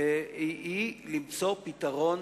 היא למצוא פתרון,